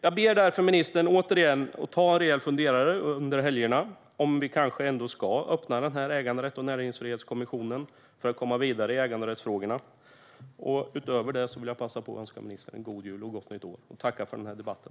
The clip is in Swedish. Jag ber därför ministern, återigen, att under helgerna ta sig en rejäl funderare på om vi kanske ändå ska öppna äganderätts och näringsfrihetskommissionen för att komma vidare i äganderättsfrågorna. Utöver det vill jag passa på att önska ministern en god jul och ett gott nytt år. Jag tackar för debatten.